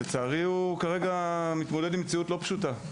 לצערי, כרגע הוא מתמודד עם מציאות לא פשוטה.